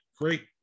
great